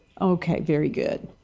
okay. very good.